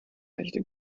echte